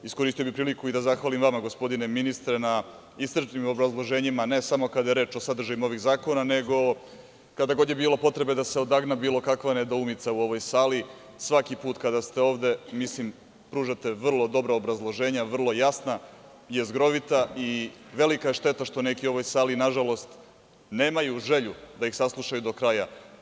Iskoristio bih priliku da zahvalim vama, gospodine ministre, na iscrpnim obrazloženjima, ne samo kada je reč o sadržajima novih zakona, nego kada god je bilo potrebe da se odagna bilo kakva nedoumica u ovoj sali, svaki put kada ste ovde, pružate vrlo dobra obrazloženja, vrlo jasna, jezgrovita i velika je šteta što neki u ovoj sali, nažalost, nemaju želju da ih saslušaju do kraja.